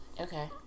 Okay